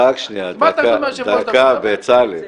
רק שנייה, דקה, בצלאל.